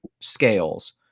scales